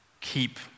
keep